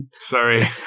Sorry